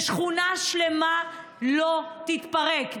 ושכונה שלמה לא תתפרק.